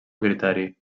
criteri